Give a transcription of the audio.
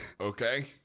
okay